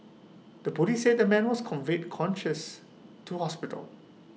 the Police said the man was conveyed conscious to hospital